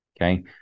Okay